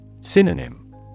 Synonym